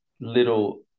little